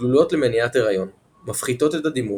גלולות למניעת הריון - מפחיתות את הדימום,